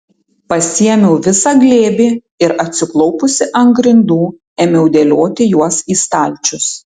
pasiėmiau visą glėbį ir atsiklaupusi ant grindų ėmiau dėlioti juos į stalčius